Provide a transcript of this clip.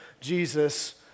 Jesus